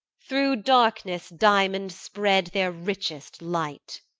through darkness diamonds spread their richest light.